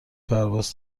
پرواز